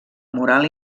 moral